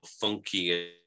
funky